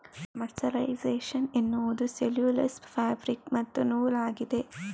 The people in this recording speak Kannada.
ಮರ್ಸರೈಸೇಶನ್ ಎನ್ನುವುದು ಸೆಲ್ಯುಲೋಸ್ ಫ್ಯಾಬ್ರಿಕ್ ಮತ್ತು ನೂಲಾಗಿದೆ